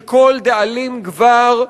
שכל דאלים גבר,